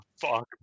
fuck